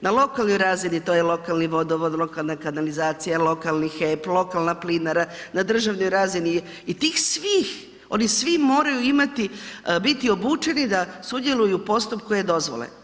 Na lokalnoj razini to je lokalni vodovod, lokalna kanalizacija, lokalni HEP, lokalna plinara, na državnoj razini i tih svih, oni svi moraju imati, biti obučeni da sudjeluju u postupku e-dozvole.